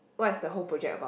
what's the whole project about